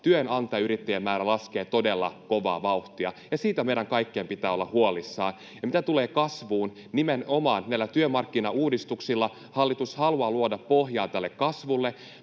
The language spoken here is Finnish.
työnantajayrittäjien määrä laskee todella kovaa vauhtia, ja siitä meidän kaikkien pitää olla huolissaan. Ja mitä tulee kasvuun, nimenomaan näillä työmarkkinauudistuksilla hallitus haluaa luoda pohjaa tälle kasvulle.